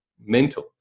mental